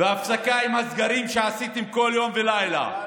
והפסקה עם הסגרים שעשיתם כל יום ולילה.